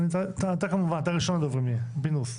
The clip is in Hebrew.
אתה כמובן, אתה ראשון הדוברים תהיה, פינדרוס.